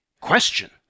question